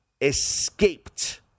escaped